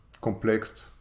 complex